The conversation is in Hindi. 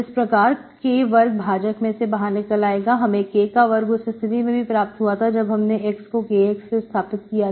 इस प्रकार K वर्ग भाजक में से बाहर निकल आएगा हमें K का वर्क उस स्थिति में भी प्राप्त हुआ था जब हमने x को Kx फिर स्थापित किया था